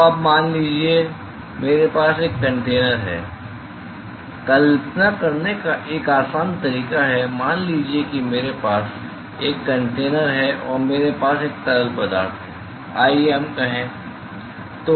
तो अब मान लीजिए मेरे पास एक कंटेनर है कल्पना करने का एक आसान तरीका है मान लीजिए कि मेरे पास एक कंटेनर है और मेरे पास एक तरल पदार्थ है आइए हम कहें